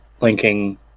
linking